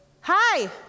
hi